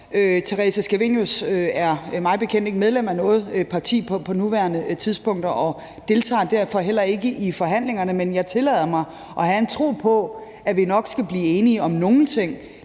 Theresa Scavenius er mig bekendt ikke medlem af noget parti på nuværende tidspunkt og deltager derfor heller ikke i forhandlingerne, men jeg tillader mig at have en tro på, at vi nok skal blive enige om nogle ting.